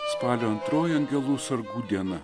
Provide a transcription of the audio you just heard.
spalio antroji angelų sargų diena